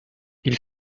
ils